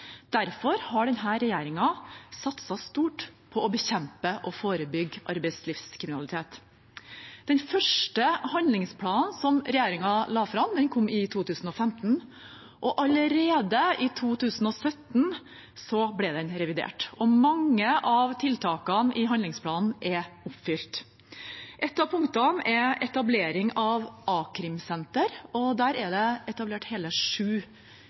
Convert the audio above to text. Derfor har denne regjeringen satset stort på å bekjempe og forebygge arbeidslivskriminalitet. Den første handlingsplanen som regjeringen la fram, kom i 2015, og allerede i 2017 ble den revidert. Mange av tiltakene i handlingsplanen er oppfylt. Et av punktene er etablering av a-krimsenter, og det er etablert hele sju